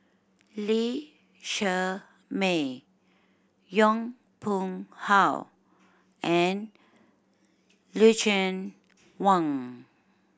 Lee Shermay Yong Pung How and Lucien Wang